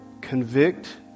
convict